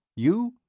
you?